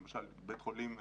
נניח, לבית חולים רמב"ם.